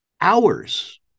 hours